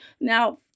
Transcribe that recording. Now